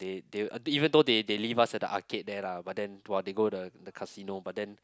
they they even though they they leave us at the arcade there lah but then !wah! they go the the casino but then